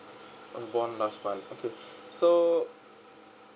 on born last month okay so